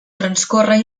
transcorre